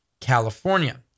California